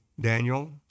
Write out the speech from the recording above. Daniel